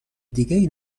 دیگهای